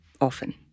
often